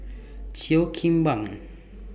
Cheo Kim Ban